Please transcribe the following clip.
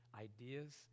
ideas